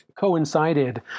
coincided